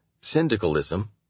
Syndicalism